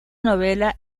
novela